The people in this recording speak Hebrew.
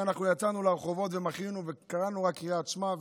שאנחנו יצאנו לרחובות ומחינו וקראנו רק קריאת שמע,